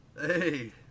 Hey